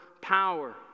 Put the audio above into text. power